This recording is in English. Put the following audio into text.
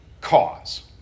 cause